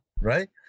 right